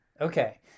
Okay